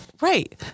right